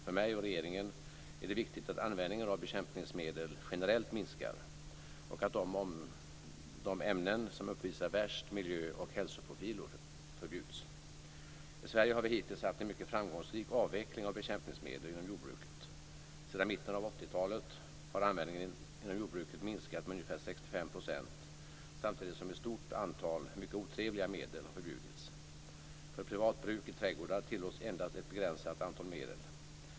För mig och regeringen är det viktigt att användningen av bekämpningsmedel generellt minskar och att de ämnen som uppvisar de värsta miljö och hälsoprofilerna förbjuds. I Sverige har vi hittills haft en mycket framgångsrik avveckling av bekämpningsmedel inom jordbruket. Sedan mitten av 1980-talet har användningen inom jordbruket minskat med ungefär 65 %, samtidigt som ett stort antal mycket otrevliga medel har förbjudits. För privat bruk i trädgårdar tillåts endast ett begränsat antal medel.